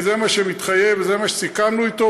כי זה מה שמתחייב וזה מה שסיכמנו איתו,